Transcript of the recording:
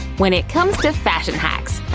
when it comes to fashion hacks,